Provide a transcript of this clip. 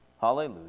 Hallelujah